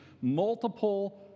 multiple